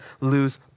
lose